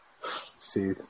See